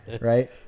right